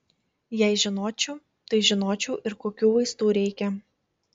jei žinočiau tai žinočiau ir kokių vaistų reikia